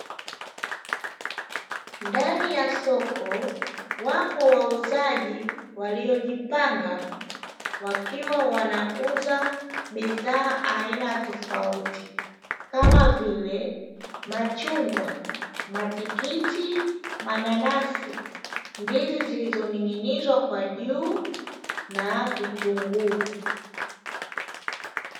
Ndani ya soko wapo wauzaji waliojipanga wakiwa wana uza bidhaa aina tofauti kama vile; machungwa, matikiti, mananasi, ndizi zilizoning'inizwa kwa juu na vitunguu.